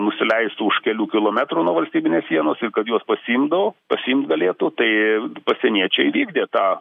nusileistų už kelių kilometrų nuo valstybinės sienos ir juos pasiimdavo pasiimt galėtų tai pasieniečiai vykdė tą